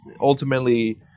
ultimately